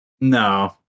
No